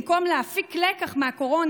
במקום להפיק לקח מהקורונה,